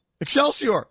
Excelsior